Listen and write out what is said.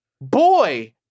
Boy